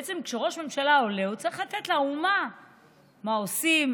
בעצם כשראש ממשלה עולה הוא צריך לתת לאומה מה עושים,